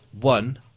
One